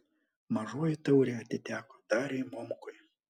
mažoji taurė atiteko dariui momkui